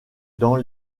dans